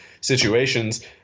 situations